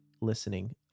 listening